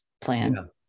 plan